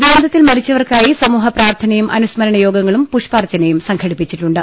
ദുരന്തത്തിൽ മരിച്ചവർക്കായി സമൂഹപ്രാർത്ഥനയും അനുസ്മ രണയോഗങ്ങളും പുഷ്പാർച്ചനയും സംഘടിപ്പിച്ചിട്ടുണ്ട്